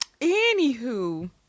anywho